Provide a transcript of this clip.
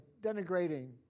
denigrating